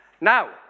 Now